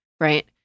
right